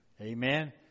Amen